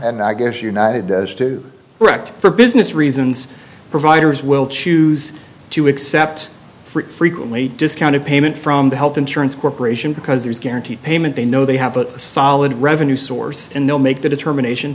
and i guess united as to wrecked for business reasons providers will choose to accept frequently discounted payment from the health insurance corporation because there's guaranteed payment they know they have a solid revenue source and they'll make the determination